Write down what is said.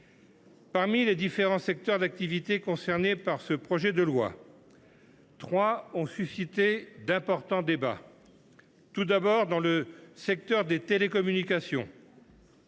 Parmi les différents secteurs d’activité concernés par ce projet de loi, trois ont suscité d’importants débats. Tout d’abord, dans le secteur des télécommunications,